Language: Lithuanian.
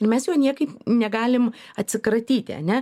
ir mes jo niekaip negalim atsikratyti ane